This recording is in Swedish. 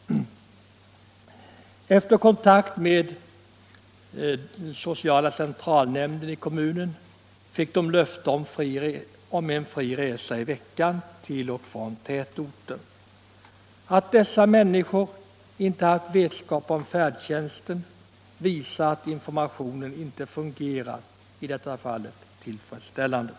Efter kontakt med sociala centralnämnden i kommunen fick de löfte om en fri resa i veckan till och från tätorten. Att dessa människor inte haft vetskap om färdtjänsten visar att informationen i detta fall inte fungerat tillfredsställande.